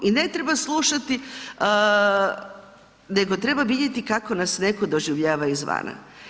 I ne treba slušati nego treba vidjeti kako nas netko doživljava iz vana.